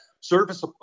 service